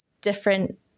different